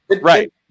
Right